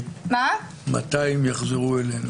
מתי הם יחזרו אלינו?